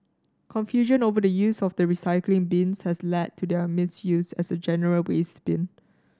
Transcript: confusion over the use of the recycling bins has led to their misuse as a general waste bin